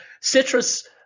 citrus